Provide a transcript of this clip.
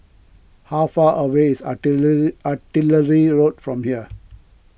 how far away is Artillery Artillery Road from here